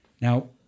Now